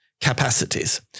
capacities